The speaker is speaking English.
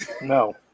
No